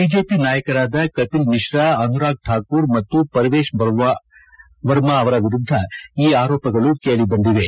BJP ನಾಯಕರಾದ ಕಪಲ್ ಮಿಶ್ರಾ ಅನುರಾಗ್ ಠಾಕೂರ್ ಮತ್ತು ಪರ್ವೇಶ್ ವರ್ಮಾ ಅವರ ವಿರುದ್ದ ಈ ಆರೋಪಗಳು ಕೇಳಿ ಬಂದಿವೆ